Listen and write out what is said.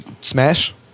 Smash